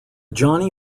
johnny